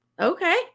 okay